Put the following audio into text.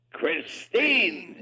Christine